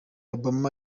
obama